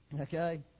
Okay